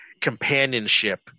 companionship